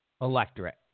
electorate